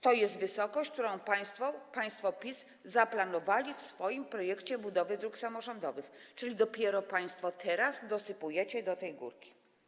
To jest wysokość, którą państwo z PiS zaplanowali w swoim projekcie budowy dróg samorządowych, czyli dopiero teraz państwo dosypujecie do tej górki.